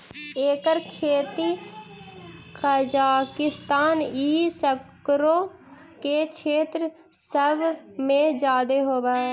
एकर खेती कजाकिस्तान ई सकरो के क्षेत्र सब में जादे होब हई